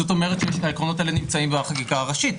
זאת אומרת שהעקרונות האלה נמצאים בחקיקה הראשית,